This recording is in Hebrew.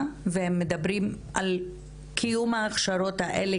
והם מדברים על קיום ההכשרות האלה,